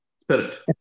spirit